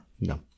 No